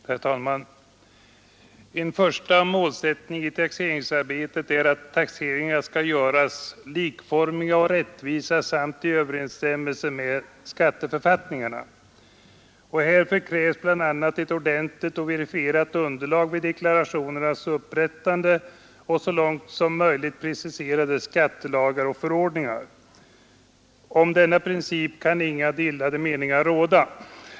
Herr talman! En första målsättning i taxeringsarbetet är att taxeringarna skall göras likformiga och rättvisa samt stå i överensstämmelse med skatteförfattningarna. Härför krävs bl.a. ett ordentligt och verifierat underlag vid deklarationens upprättande och så långt som möjligt preciserade skattelagar och förordningar. Om denna princip kan inga delade meningar råda.